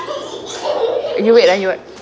you wait ah you wait